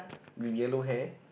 with yellow hair